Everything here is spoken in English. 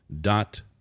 dot